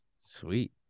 Sweet